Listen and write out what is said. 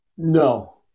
No